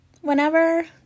Whenever